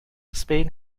spain